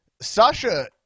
Sasha